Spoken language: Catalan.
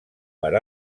per